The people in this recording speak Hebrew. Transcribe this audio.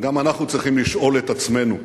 אבל גם אנחנו צריכים לשאול את עצמנו: